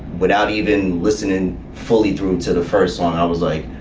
without even listening fully through to the first song, i was like.